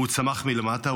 הוא צמח מלמטה,